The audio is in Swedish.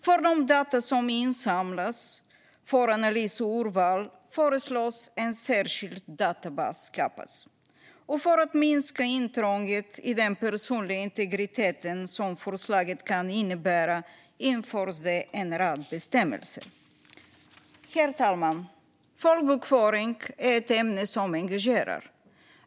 För de data som insamlas för analys och urval föreslås en särskild databas skapas, och för att minska det intrång i den personliga integriteten som förslaget kan innebära införs det en rad bestämmelser. Herr talman! Folkbokföring är ett ämne som engagerar.